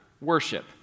worship